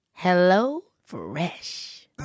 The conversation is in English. HelloFresh